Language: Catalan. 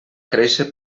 créixer